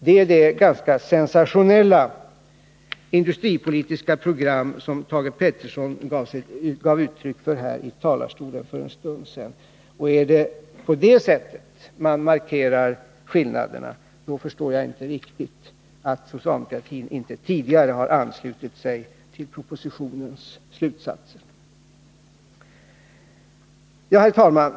Detta är det ganska sensationella industripolitiska program som Thage Peterson gav uttryck för här i talarstolen för en stund sedan. Är det på det sättet man markerar skillnaderna, förstår jag inte riktigt att socialdemokratin inte tidigare anslutit sig till propositionens slutsatser. Herr talman!